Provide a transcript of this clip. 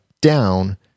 down